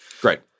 Great